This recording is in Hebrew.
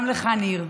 גם לך, ניר.